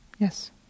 Yes